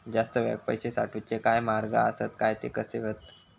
जास्त वेळाक पैशे साठवूचे काय मार्ग आसत काय ते कसे हत?